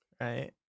Right